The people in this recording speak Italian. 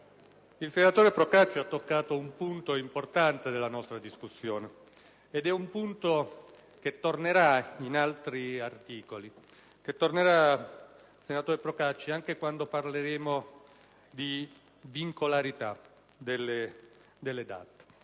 il senatore Procacci ha toccato un punto importante della nostra discussione, che tornerà in altri articoli, anche quando parleremo di vincolatività delle DAT.